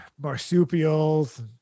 marsupials